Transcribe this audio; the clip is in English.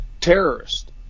terrorist